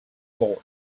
boy